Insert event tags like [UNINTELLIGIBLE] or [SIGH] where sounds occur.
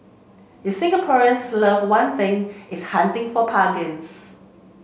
if Singaporeans love one thing it's hunting for [UNINTELLIGIBLE]